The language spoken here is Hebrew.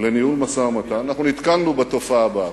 לניהול משא-ומתן, אנחנו נתקלנו בתופעה הבאה.